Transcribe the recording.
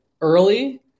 early